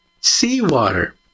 Seawater